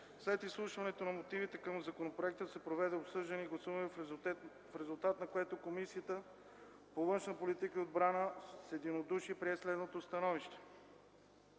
След изслушването на мотивите към законопроекта се проведе обсъждане и гласуване, в резултат на което Комисията по външна политика и отбрана прие с единодушие следното становище: